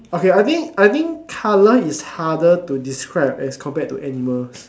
okay I think I think color is harder to describe as compared to animals